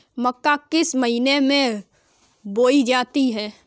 मक्का किस महीने में बोई जाती है?